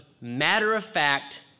matter-of-fact